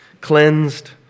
cleansed